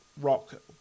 rock